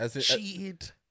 cheated